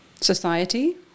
Society